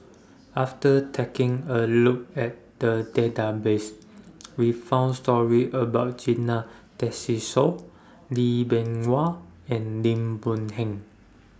after taking A Look At The Database We found stories about Zena Tessensohn Lee Bee Wah and Lim Boon Heng